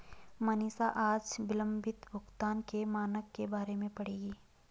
मनीषा आज विलंबित भुगतान के मानक के बारे में पढ़ेगी